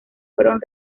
fueron